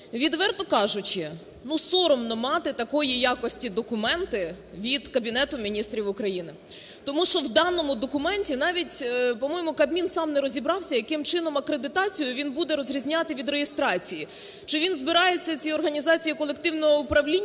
Відверто кажучи, соромно мати такої якості документи від Кабінету Міністрів України. Тому що в даному документі навіть, по-моєму, Кабмін сам не розібрався, яким чином акредитацію він буде відрізняти від реєстрації. Чи він збирається ці організації колективного управління